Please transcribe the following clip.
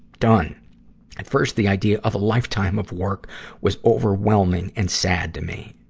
done. at first, the idea of a lifetime of work was overwhelming and sad to me.